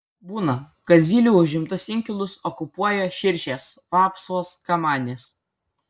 būna kad zylių užimtus inkilus okupuoja širšės vapsvos kamanės